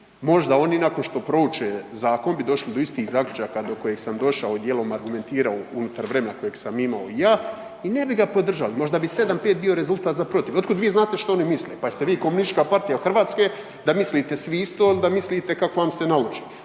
Možda oni nakon što prouče zakon bi došli do istih zaključaka do kojeg sam došao i dijelom argumentirao unutar vremena kojeg sam imao ja i ne bi ga podržali. Možda bi 7:5 bio rezultat za protiv? Od kud vi znate što oni misle? Pa jeste vi komunistička partija Hrvatske da mislite svi isto ili da mislite kako vam se naloži.